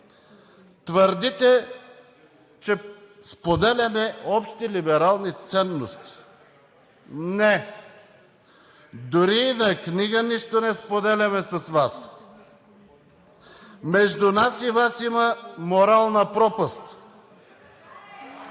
Твърдите, че споделяме общи либерални ценности. Не! Дори и на книга нищо не споделяме с Вас. Между нас и Вас има морална пропаст.